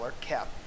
cap